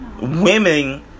women